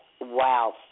wow